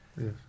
Yes